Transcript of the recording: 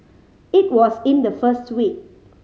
it was in the first week